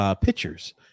pictures